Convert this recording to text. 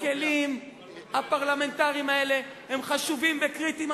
הכלים הפרלמנטריים האלה הם חשובים וקריטיים,